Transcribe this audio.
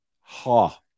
Ha